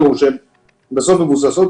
אני מוכרחה לומר מספר דברים.